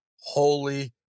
holy